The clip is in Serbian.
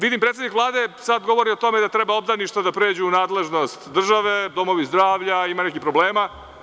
Vidim, predsednik Vlade sada govori o tome da treba obdaništa da pređu u nadležnost države, domovi zdravlja imaju nekih problema.